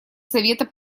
совета